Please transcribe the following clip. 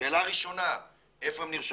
שאלה ראשונה, איפה הם נרשמים,